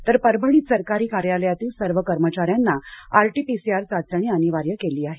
तर परभणीत सरकारी कार्यालयातील सर्व कर्मचार्यांना आरटीपीसीआर चाचणी अनिवार्य केली आहे